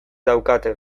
daukate